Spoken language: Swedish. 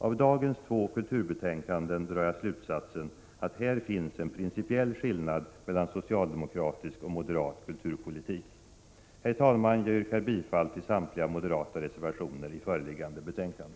Av dagens två kulturbetänkanden drar jag slutsatsen att här finns en principiell skillnad mellan socialdemokratisk och moderat kulturpolitik. Herr talman! Jag yrkar bifall till samtliga moderata reservationer i föreliggande betänkande.